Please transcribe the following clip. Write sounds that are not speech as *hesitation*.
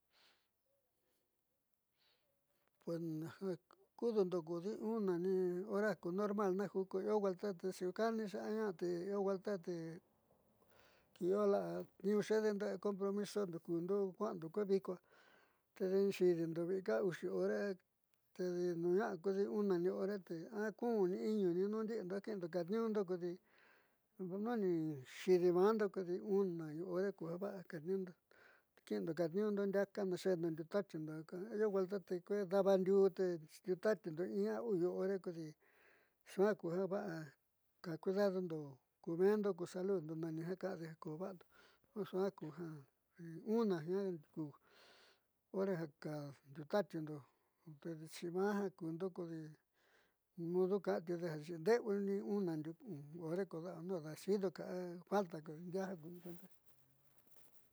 Pus najan kudo nuku nion hora kuu normal najujo no vuelata na xhiu kani naña té ojaité kiola niuchede nra compromiso, nandukunro kuando kuédikoa tenxhi vii ka uxi ti hora tedii no ña'a kudii, una niorete *hesitation* m ni iño ni no ken ndakendo kaniondo koí, nojonani xhidino juando nde uña y honré ko'a va'a kenindo keno kandiondo ndaka ché nanion tachino ka'a año vuelta tekee ndava nriuté ni tate hian uu horati xhian kuu na va'a ka ku ndado nró kuveando saluro nani'a ni kade kuvando najan kujan, hi uni ján ku onra ka'a utatinró tedimajan kudokonré mdo kan kudea ni yee ni hora koda naxhindoka falta ku nrea kui cuenta.